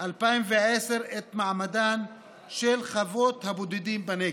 2010 את מעמדן של חוות הבודדים בנגב.